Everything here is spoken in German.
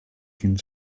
den